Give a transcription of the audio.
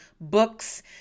books